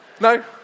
No